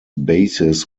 bases